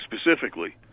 specifically